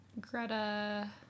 Greta